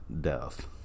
death